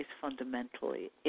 fundamentally